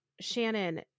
Shannon